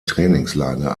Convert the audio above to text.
trainingslager